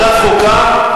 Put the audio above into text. ועדת חוקה?